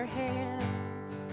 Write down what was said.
hands